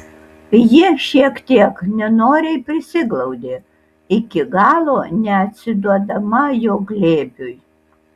ji šiek tiek nenoriai prisiglaudė iki galo neatsiduodama jo glėbiui